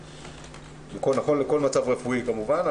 זה נכון לכל מצב רפואי כמובן.